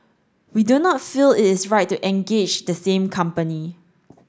we do not feel it is right to engage the same company